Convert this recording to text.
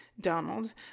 Donald